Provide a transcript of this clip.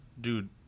Dude